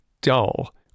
dull